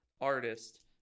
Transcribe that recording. artist